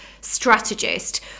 strategist